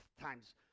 times